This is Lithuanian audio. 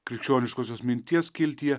krikščioniškosios minties skiltyje